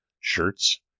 shirts